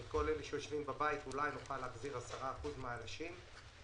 אולי נוכל להחזיר 10% מהאנשים שיושבים בבית,